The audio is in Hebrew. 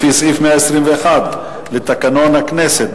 לפי סעיף 121 לתקנון הכנסת,